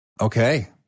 Okay